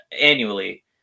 annually